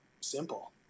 simple